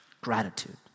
Gratitude